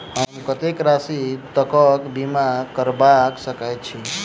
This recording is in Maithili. हम कत्तेक राशि तकक बीमा करबा सकै छी?